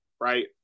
right